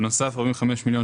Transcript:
בנוסף, 45 מיליון